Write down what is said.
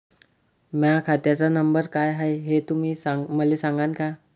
माह्या खात्याचा नंबर काय हाय हे तुम्ही मले सागांन का?